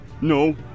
no